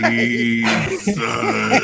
Jesus